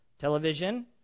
television